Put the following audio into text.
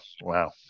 wow